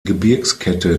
gebirgskette